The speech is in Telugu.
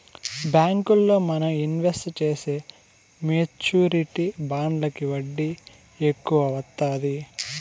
బ్యాంకుల్లో మనం ఇన్వెస్ట్ చేసే మెచ్యూరిటీ బాండ్లకి వడ్డీ ఎక్కువ వత్తాది